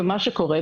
ומה שקורה.